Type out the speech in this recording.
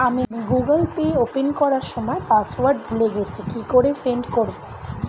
আমি Google Pay open করার সময় পাসওয়ার্ড ভুলে গেছি কি করে সেট করব?